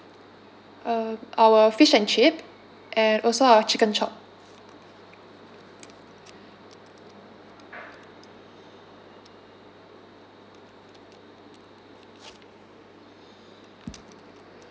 um our fish and chip and also our chicken chop